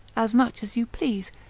as much as you please,